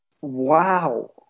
wow